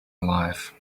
alive